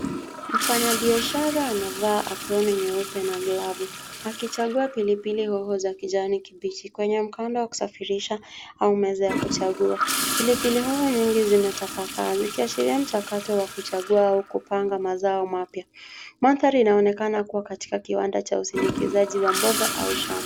Mfanyabiashara anavaa aproni nyeupe na glavu akichagua pilipili hoho za kijani kibichi kwenye mkanda wa kusafirisha au meza ya kuchagua. Pilipili hoho nyingi zimetapakaa zikiashiria mchakato wa kuchagua au kupanga mazao mapya. Mandhari inaonekana kuwa katika kiwanda cha usindikizaji wa mboga au shamba.